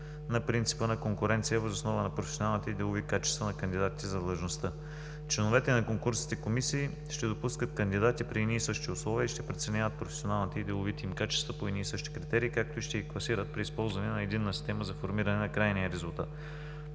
на принципа на конкуренция въз основа на професионалните и делови качества на кандидатите за длъжността. Членовете на конкурсните комисии ще допускат кандидати при едни и същи условия и ще преценяват професионалните и деловите им качества по едни и същи критерии, както и ще ги класират при използване на единна система за формиране на крайния резултат.